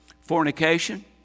fornication